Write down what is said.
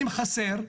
אם חסר,